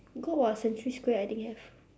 good [what] century-square I think have